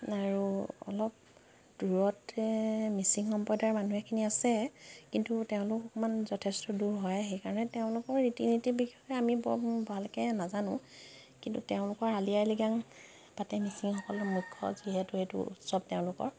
আৰু অলপ দূৰত মিচিং সম্প্ৰদায়ৰ মানুহ এখিনি আছে কিন্তু তেওঁলোক অকমান যথেষ্ট দূৰ হয় সেইকাৰণে তেওঁলোকৰ ৰীতি নীতিৰ বিষয়ে আমি বৰ ভালকে নাজানো কিন্তু তেওঁলোকৰ আলি আই লিগাং পাতে মিচিংসকলৰ মুখ্য যিহেতু সেইটো উৎসৱ তেওঁলোকৰ